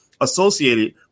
associated